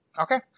Okay